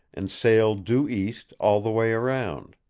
and sail due east all the way around.